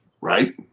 right